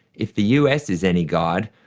if the us is any guide,